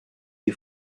you